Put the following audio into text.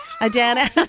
Adana